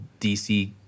DC